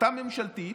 החלטה ממשלתית,